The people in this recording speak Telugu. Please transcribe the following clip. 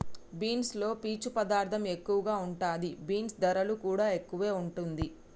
బీన్స్ లో పీచు పదార్ధం ఎక్కువ ఉంటది, బీన్స్ ధరలు కూడా ఎక్కువే వుంటుంది